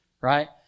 right